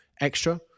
extra